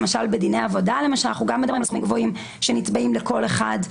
למשל בדיני עבודה אנחנו מדברים על סכומים גבוהים שנתבעים לכל אחד.